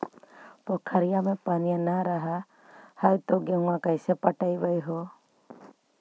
पोखरिया मे पनिया न रह है तो गेहुमा कैसे पटअब हो?